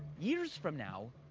years from now,